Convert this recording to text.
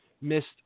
Missed